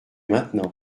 maintenant